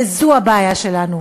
וזו הבעיה שלנו.